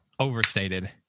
overstated